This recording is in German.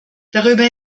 darüber